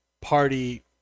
party